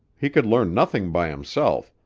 he could learn nothing by himself,